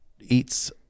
eats